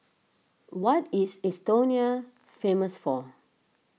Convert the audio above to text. what is Estonia famous for